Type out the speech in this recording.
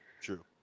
true